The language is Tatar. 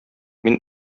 мин